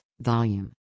volume